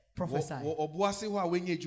prophesy